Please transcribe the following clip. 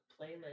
playlist